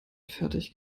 fertig